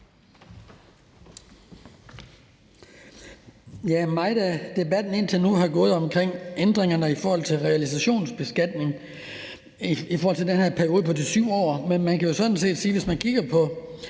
Meget af debatten indtil nu har handlet om ændringerne i forhold til realisationsbeskatning i forhold til den her periode på 7 år, men man kan jo sådan set sige, at hvis man kigger på